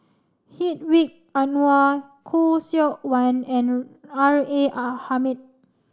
Hedwig Anuar Khoo Seok Wan and R A R Hamid